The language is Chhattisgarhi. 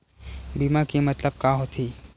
बीमा के मतलब का होथे?